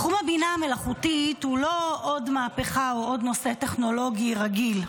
תחום הבינה המלאכותית הוא לא עוד מהפכה או עוד נושא טכנולוגי רגיל.